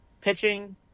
Pitching